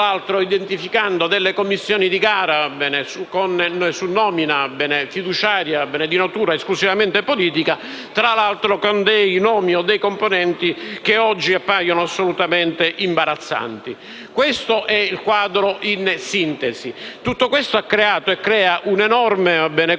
tra l'altro identificando commissioni di gara su nomina fiduciaria di natura esclusivamente politica, con componenti che oggi appaiono assolutamente imbarazzanti. Questo è il quadro in sintesi. Tutto questo ha creato e crea un'enorme confusione